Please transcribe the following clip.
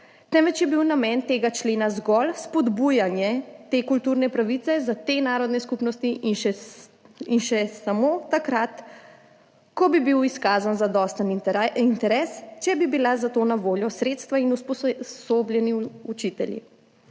temveč je bil namen tega člena zgolj spodbujanje te kulturne pravice za te narodne skupnosti in samo takrat, ko bi bil izkazan zadosten interes, če bi bila za to na voljo sredstva in usposobljeni učitelji.